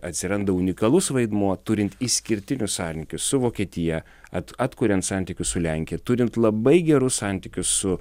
atsiranda unikalus vaidmuo turint išskirtinius sąlinkius su vokietija at atkuriant santykius su lenkija turim labai gerus santykius su